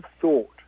thought